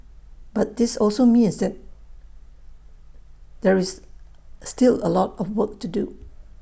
but this also means there there is still A lot of work to do